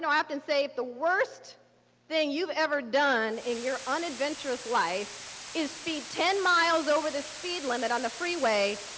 know, i can say the worst thing you've ever done in your unadventurous life is speed ten miles over the speed limit on the freeway.